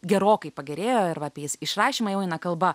gerokai pagerėjo ir va apie išrašymą jau eina kalba